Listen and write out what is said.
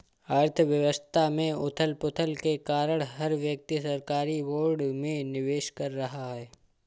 अर्थव्यवस्था में उथल पुथल के कारण हर व्यक्ति सरकारी बोर्ड में निवेश कर रहा है